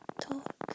talk